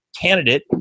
candidate